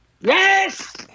Yes